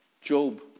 Job